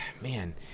man